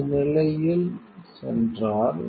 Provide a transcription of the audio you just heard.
இந்த நிலையில் 2333 சென்றார்